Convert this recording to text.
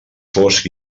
fosc